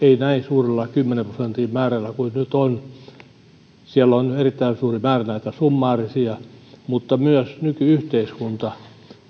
näin suurella kymmenen prosentin määrällä kuin nyt on siellä on erittäin suuri määrä näitä summaarisia asioita mutta myös nyky yhteiskunta